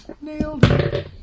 Nailed